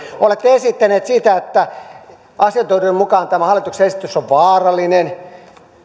olette esittäneet että asiantuntijoiden mukaan tämä hallituksen esitys on vaarallinen